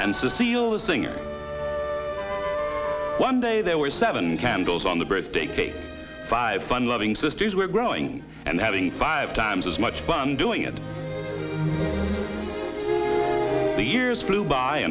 cecile the singer one day there were seven candles on the birthday cake five fun loving sisters were growing and having five times as much fun doing it the years flew by